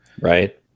Right